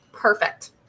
Perfect